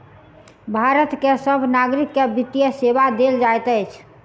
भारत के सभ नागरिक के वित्तीय सेवा देल जाइत अछि